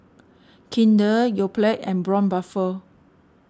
Kinder Yoplait and Braun Buffel